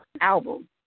album